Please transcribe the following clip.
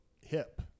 hip